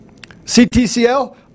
CTCL